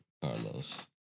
Carlos